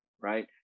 right